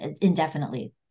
indefinitely